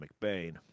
McBain